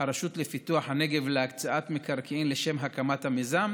הרשות לפיתוח הנגב להקצאת מקרקעין לשם הקמת המיזם,